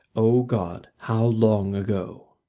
o god, how long ago.